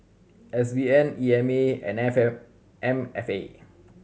S B N E M A and F M M F A